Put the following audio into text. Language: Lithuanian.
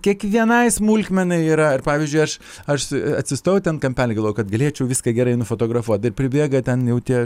kiekvienai smulkmenai yra ir pavyzdžiui aš aš atsistojau ten kampely kad galėčiau viską gerai nufotografuot ir pribėga ten jau tie